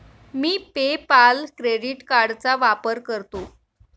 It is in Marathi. मी पे पाल क्रेडिट कार्डचा वापर करतो